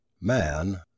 man